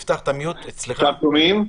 בבקשה.